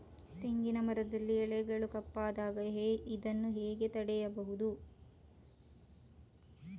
ತೆಂಗಿನ ಮರದಲ್ಲಿ ಎಲೆಗಳು ಕಪ್ಪಾದಾಗ ಇದನ್ನು ಹೇಗೆ ತಡೆಯುವುದು?